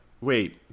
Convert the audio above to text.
wait